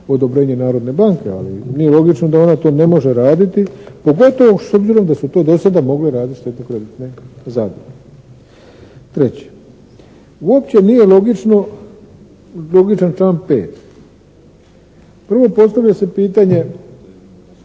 odobrenje Narodne banke ali nije logično da ona to ne može raditi pogotovo s obzirom da su to do sada mogle raditi štedno-kreditne zadruge. Treće, uopće nije logičan član 5. Prvo, postavlja se pitanje